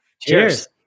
Cheers